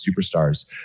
superstars